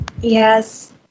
yes